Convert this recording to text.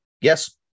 Yes